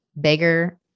bigger